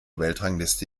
weltrangliste